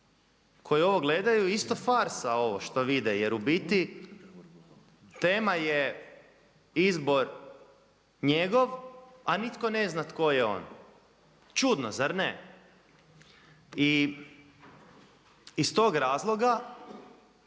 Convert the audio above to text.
koji ovo gledaju isto farsa ovo što vide jer u biti tema je izbor njegov, a nitko ne zna tko je on. Čudno zar ne? I iz tog razloga